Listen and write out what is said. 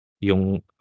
Yung